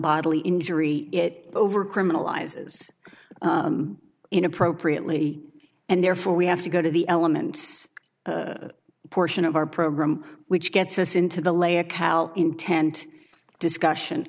bodily injury it over criminalizes in appropriately and therefore we have to go to the elements portion of our program which gets us into the lay a cow intent discussion